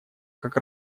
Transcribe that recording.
как